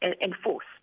enforce